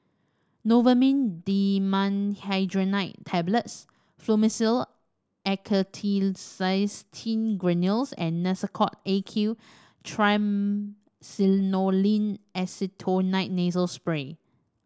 Novomin Dimenhydrinate Tablets Fluimucil Acetylcysteine Granules and Nasacort A Q Triamcinolone Acetonide Nasal Spray